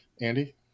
Andy